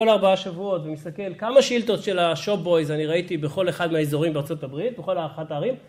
כל ארבעה שבועות ומסתכל כמה שאילתות של השופבויז אני ראיתי בכל אחד מהאזורים בארה״ב בכל אחת הערים